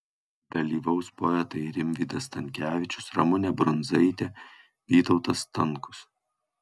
dalyvaus poetai rimvydas stankevičius ramunė brundzaitė vytautas stankus